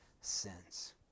sins